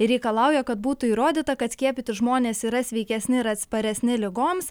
ir reikalauja kad būtų įrodyta kad skiepyti žmonės yra sveikesni ir atsparesni ligoms